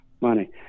money